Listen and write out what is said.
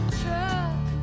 truck